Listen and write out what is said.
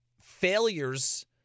failures